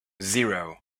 zero